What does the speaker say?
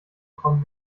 kommen